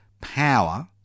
Power